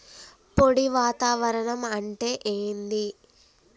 పొడి వాతావరణం అంటే ఏంది?